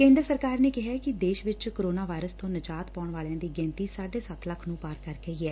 ਕੇਂਦਰ ਸਰਕਾਰ ਨੇ ਕਿਹੈ ਕਿ ਦੇਸ਼ ਵਿਚ ਕੋਰੋਨਾ ਵਾਇਰਸ ਤੋਂ ਨਿਜਾਤ ਪਾਉਣ ਵਾਲਿਆਂ ਦੀ ਗਿਣਤੀ ਸਾਢੇ ਸੱਤ ਲੱਖ ਨੁੰ ਪਾਰ ਕਰ ਗਈ ਐ